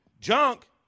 junk